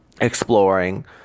exploring